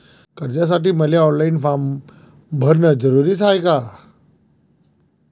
कर्जासाठी मले online form भरन जरुरीच हाय का?